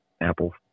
Apple